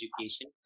education